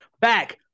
Back